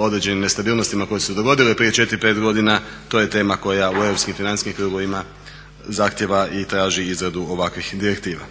određenim nestabilnostima koje su se dogodile prije 4, 5 godina to je tema koja u europskim financijskim krugovima zahtjeva i traži izradu ovakvih direktiva.